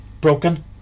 broken